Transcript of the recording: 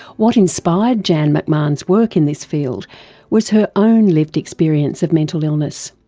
what inspired janne mcmahon's work in this field was her own lived experience of mental illness.